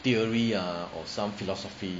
theory ah or some philosophy